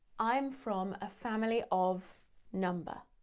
i'm from a family of number.